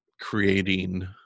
creating